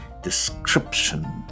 description